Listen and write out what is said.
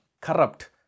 corrupt